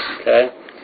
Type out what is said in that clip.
okay